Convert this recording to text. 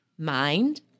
mind